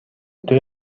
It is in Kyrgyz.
өтө